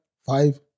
Five